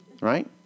Right